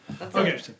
Okay